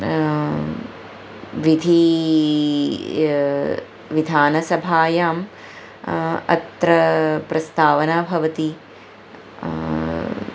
विधिः विधानसभायाम् अत्र प्रस्तावना भवति